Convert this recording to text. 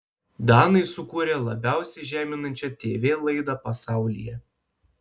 danai sukūrė labiausiai žeminančią tv laidą pasaulyje